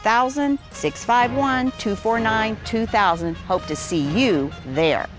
thousand six five one two four nine two thousand and hope to see you there